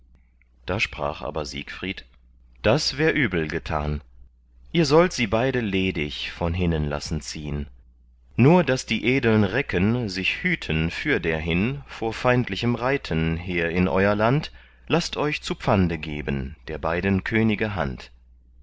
da sprach aber siegfried das wär übel getan ihr sollt sie beide ledig von hinnen lassen ziehn nur daß die edeln recken sich hüten fürderhin vor feindlichem reiten her in euer land laßt euch zu pfande geben der beiden könige hand